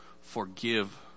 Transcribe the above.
forgive